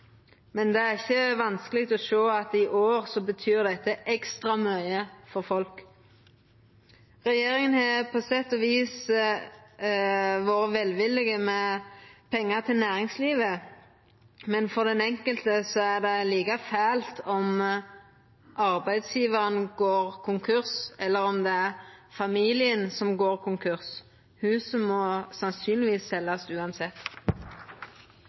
det er ikkje vanskeleg å sjå at i år betyr det ekstra mykje for folk. Regjeringa har på sett og vis vore velvillige med pengar til næringslivet, men for den enkelte er det like fælt om arbeidsgjevaren går konkurs eller om det er familien som går konkurs. Huset må sannsynlegvis seljast uansett.